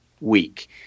week